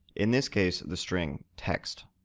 in this case, the string text.